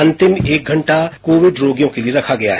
अंतिम एक घंटा कोविड रोगियों के लिए रखा गया है